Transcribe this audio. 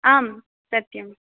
आं सत्यम्